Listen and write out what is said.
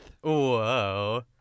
Whoa